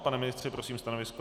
Pane ministře, prosím stanovisko.